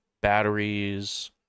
batteries